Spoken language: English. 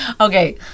Okay